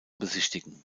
besichtigen